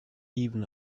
even